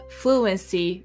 fluency